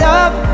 up